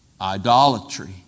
Idolatry